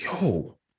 yo